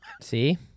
See